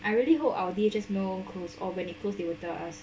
I really hope our D_H_S more closed or when they close they will tell us